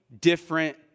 different